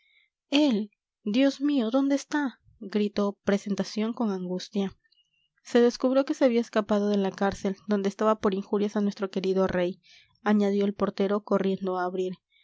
dios mío dónde está gritó presentación con angustia se descubrió que se había escapado de la cárcel donde estaba por injurias a nuestro querido rey añadió el portero corriendo a abrir